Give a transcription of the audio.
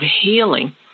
healing